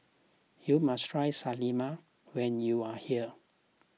you must try Salami when you are here